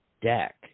deck